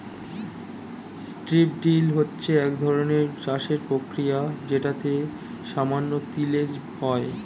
strip drill হচ্ছে একধরনের চাষের প্রক্রিয়া যেটাতে সামান্য তিলেজ হয়